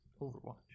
Overwatch